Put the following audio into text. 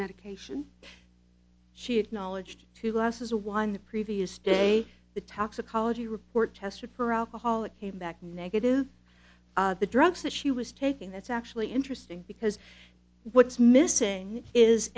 medication she acknowledged two glasses of wine the previous day the toxicology report tested her alcohol it came back negative the drugs that she was taking that's actually interesting because what's missing is